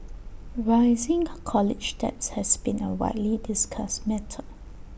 rising college debt has been A widely discussed matter